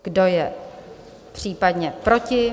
Kdo je případně proti?